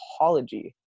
apology